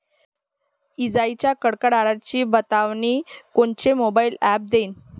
इजाइच्या कडकडाटाची बतावनी कोनचे मोबाईल ॲप देईन?